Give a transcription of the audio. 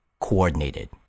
Coordinated